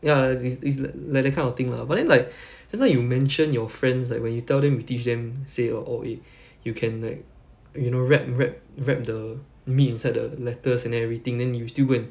ya it~ it~ it's li~ like that kind of thing lah but then like just now you mentioned your friends like when you tell them you teach them say orh oh eh you can like you know wrap wrap wrap the meat inside the lettuce and everything then you still go and